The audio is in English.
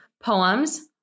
poems